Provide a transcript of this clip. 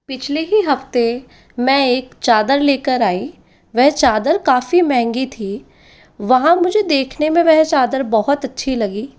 पिछले ही हफ्ते मैं एक चादर लेकर आई वह चादर काफ़ी महँगी थी वहाँ मुझे देखने में वह चादर बहुत अच्छी लगी